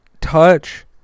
Touch